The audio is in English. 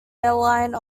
airline